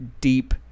deep